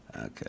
Okay